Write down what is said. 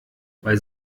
weil